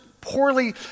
poorly